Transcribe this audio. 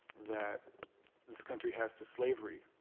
that this country has to slavery,